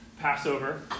Passover